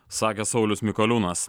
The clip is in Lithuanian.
sakė saulius mikoliūnas